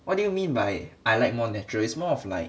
what do you mean by I like more natural is more of like